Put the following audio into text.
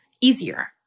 easier